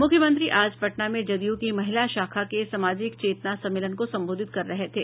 मुख्यमंत्री आज पटना में जदयू की महिला शाखा के सामाजिक चेतना सम्मेलन को संबोधित कर रहे थे